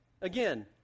Again